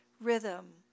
rhythm